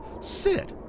sit